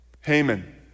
Haman